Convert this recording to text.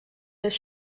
des